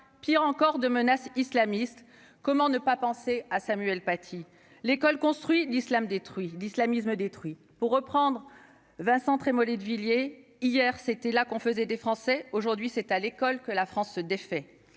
pire encore, de menace islamiste, comment ne pas penser à Samuel Paty l'école construit l'Islam détruit d'islamisme détruit pour reprendre Vincent Trémolet de Villiers hier c'était là qu'on faisait des Français aujourd'hui, c'est à l'école, que la France se défait